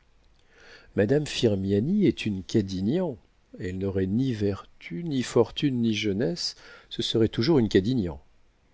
maufrigneuse madame firmiani est une cadignan elle n'aurait ni vertus ni fortune ni jeunesse ce serait toujours une cadignan